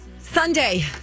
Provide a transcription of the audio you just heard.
Sunday